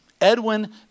Edwin